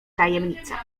tajemnica